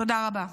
תודה רבה.